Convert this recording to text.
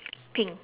pink